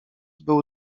był